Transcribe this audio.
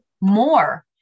more